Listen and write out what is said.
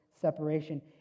separation